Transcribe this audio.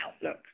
outlook